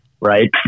right